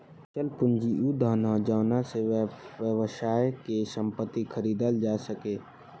अचल पूंजी उ धन ह जावना से व्यवसाय के संपत्ति खरीदल जा सके